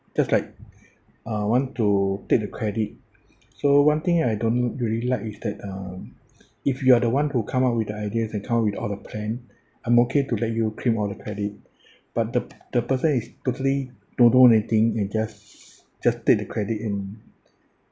just like uh want to take the credit so one thing I don't really like is that uh if you are the one who come up with ideas and come out with all the plan I'm okay to let you claim all the credit but the the person is totally don't know anything and just just take the credit and